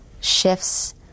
shifts